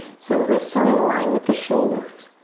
so wrists are in line with the shoulders.